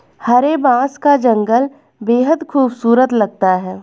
हरे बांस का जंगल बेहद खूबसूरत लगता है